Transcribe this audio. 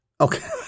okay